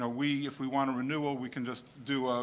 ah we, if we want a renewal, we can just do,